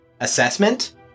assessment